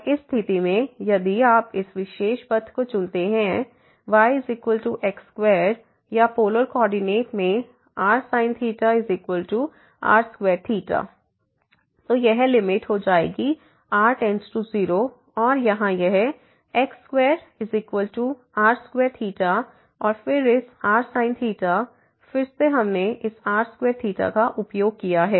और इस स्थिति में यदि आप इस विशेष पथ को चुनते हैं yx2 या पोलर कोऑर्डिनेट में rsin r2 तो यह लिमिट हो जाएगी r→0 और यहाँ यहx2r2 और फिर इस rsin फिर से हमने इस r2 का उपयोग किया है